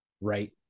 right